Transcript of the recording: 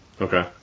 Okay